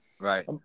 right